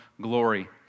glory